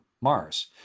Mars